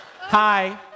Hi